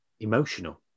emotional